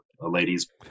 ladies